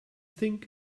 think